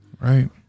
Right